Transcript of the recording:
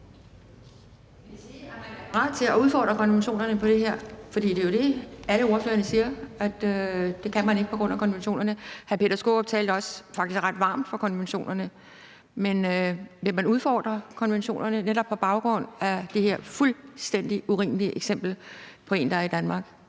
man er parat til at udfordre konventionerne i den her sag? For det, alle ordførerne siger, er, at man ikke kan gøre det på grund af konventionerne. Hr. Peter Skaarup talte faktisk også ret varmt for konventionerne. Men vil man udfordre konventionerne på baggrund af det her fuldstændig urimelige eksempel på en, der er i Danmark?